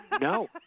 No